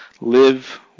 live